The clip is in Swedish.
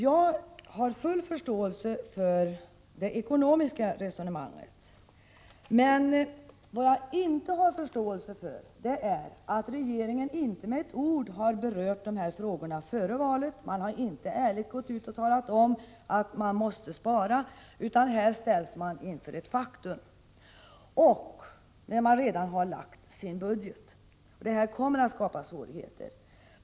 Jag har full förståelse för de ekonomiska resonemangen. Vad jag inte har förståelse för är att regeringen inte med ett ord har berört dessa frågor före valet. Man har inte gått ut och ärligt talat om att man måste spara, utan här ställs vi inför ett faktum sedan budgetförslaget lagts fram. Det här kommer att skapa svårigheter.